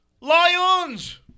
Lions